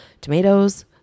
tomatoes